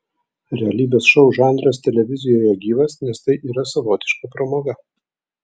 realybės šou žanras televizijoje gyvas nes tai yra savotiška pramoga